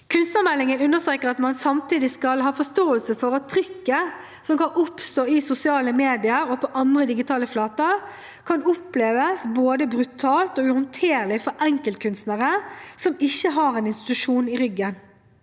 Kunstnermeldingen understreker at man samtidig skal ha forståelse for at trykket som kan oppstå i sosiale medier og på andre digitale flater, kan oppleves både brutalt og uhåndterlig for enkeltkunstnere som ikke har en institusjon i ryggen.